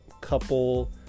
couple